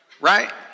right